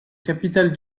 capitale